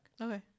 Okay